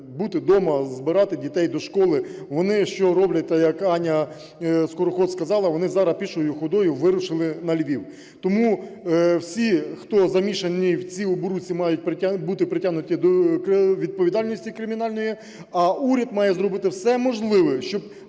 бути дома, збирати дітей до школи, вони що роблять, так як Аня Скороход сказала, вони зараз пішою ходою вирушили на Львів. Тому всі, хто замішані в цій оборудці мають бути притягнуті до відповідальності кримінальної, а уряд має зробити все можливе, щоб